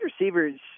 receivers